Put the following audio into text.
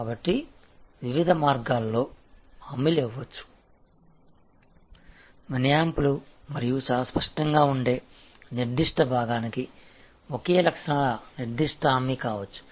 కాబట్టి వివిధ మార్గాల్లో హామీలు ఇవ్వవచ్చు మినహాయింపులు మరియు చాలా స్పష్టంగా ఉండే నిర్దిష్ట భాగానికి ఒకే లక్షణాల నిర్దిష్ట హామీ కావచ్చు